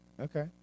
Okay